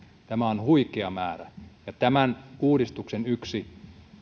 tämä on huikea määrä tämän uudistuksen yksi